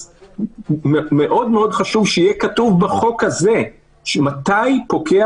אז מאוד מאוד חשוב שיהיה כתוב בחוק הזה מתי פוקע